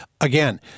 Again